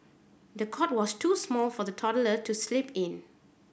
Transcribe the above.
the cot was too small for the toddler to sleep in